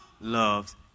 loves